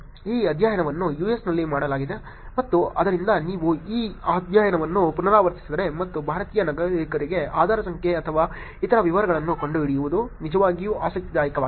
ಈ ಅಧ್ಯಯನವನ್ನು US ನಲ್ಲಿ ಮಾಡಲಾಗಿದೆ ಮತ್ತು ಆದ್ದರಿಂದ ನೀವು ಈ ಅಧ್ಯಯನವನ್ನು ಪುನರಾವರ್ತಿಸಿದರೆ ಮತ್ತು ಭಾರತೀಯ ನಾಗರಿಕರ ಆಧಾರ್ ಸಂಖ್ಯೆ ಅಥವಾ ಇತರ ವಿವರಗಳನ್ನು ಕಂಡುಹಿಡಿಯುವುದು ನಿಜವಾಗಿಯೂ ಆಸಕ್ತಿದಾಯಕವಾಗಿದೆ